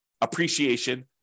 appreciation